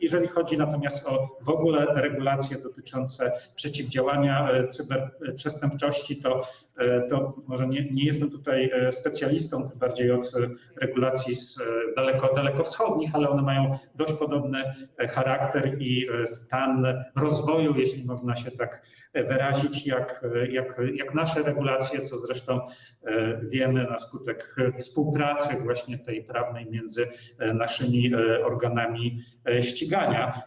Jeżeli chodzi natomiast w ogóle o regulacje dotyczące przeciwdziałania cyberprzestępczości, to może nie jestem tutaj specjalistą, tym bardziej od regulacji dalekowschodnich, ale one mają dość podobny charakter i stan rozwoju, jeśli można się tak wyrazić, jak nasze regulacje, co zresztą wiemy na podstawie współpracy, właśnie tej prawnej, między naszymi organami ścigania.